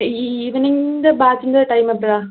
ഈ ഈവനിംഗിൻ്റെ ബാച്ചിൻ്റെ ടൈമെപ്പോഴാണ്